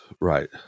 Right